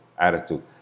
attitude